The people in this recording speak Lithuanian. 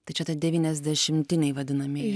tai čia tie devyniasdešimtiniai vadinamieji